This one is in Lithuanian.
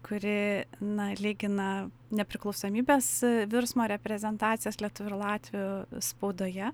kuri na lygina nepriklausomybės virsmo reprezentacijas lietuvių ir latvių spaudoje